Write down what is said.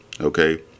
okay